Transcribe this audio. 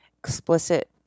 explicit